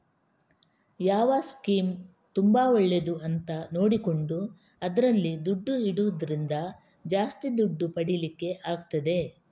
ಯಾವ ಸ್ಕೀಮ್ ತುಂಬಾ ಒಳ್ಳೇದು ಅಂತ ನೋಡಿಕೊಂಡು ಅದ್ರಲ್ಲಿ ದುಡ್ಡು ಇಡುದ್ರಿಂದ ಜಾಸ್ತಿ ದುಡ್ಡು ಪಡೀಲಿಕ್ಕೆ ಆಗ್ತದೆ